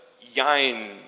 yin